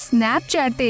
Snapchat